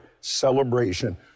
celebration